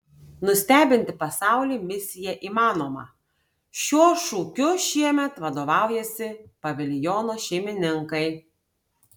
nustebinti pasaulį misija įmanoma šiuo šūkiu šiemet vadovaujasi paviljono šeimininkai